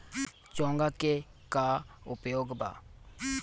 चोंगा के का उपयोग बा?